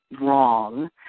wrong